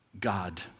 God